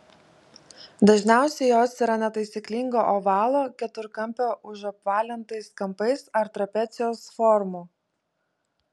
dažniausiai jos yra netaisyklingo ovalo keturkampio užapvalintais kampais ar trapecijos formų